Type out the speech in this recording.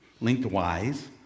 lengthwise